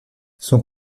son